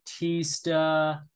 Batista